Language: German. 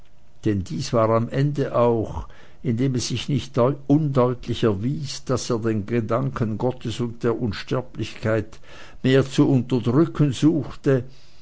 denn dies war er am ende auch indem es sich nicht undeutlich erwies daß er den gedanken gottes und der unsterblichkeit mehr zu unterdrücken suchte